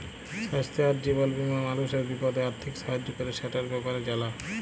স্বাইস্থ্য আর জীবল বীমা মালুসের বিপদে আথ্থিক সাহায্য ক্যরে, সেটর ব্যাপারে জালা